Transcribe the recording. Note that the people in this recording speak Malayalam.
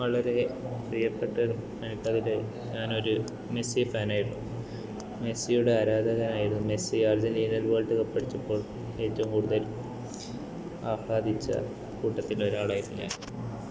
വളരെ പ്രിയപ്പെട്ട ഞാനൊരു മെസ്സി ഫാനായിരുന്നു മെസ്സിയുടെ ആരാധകനായിരുന്നു മെസ്സി അർജൻറിന വേൾഡ് കപ്പ് അടിച്ചപ്പോൾ ഏറ്റവും കൂടുതൽ ആഹ്ളാദിച്ച കൂട്ടത്തിലൊരാളായിരുന്നു ഞാൻ